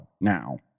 now